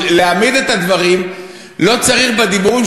בשביל להעמיד את הדברים על דיוקם: לא צריך בדיבורים